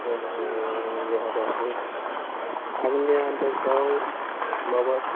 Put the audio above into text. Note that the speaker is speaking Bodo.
ओं लहा दं आंनि आनदासाव माबा